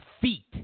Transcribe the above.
feet